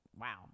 wow